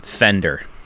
Fender